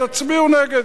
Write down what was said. תצביעו נגד,